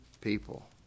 people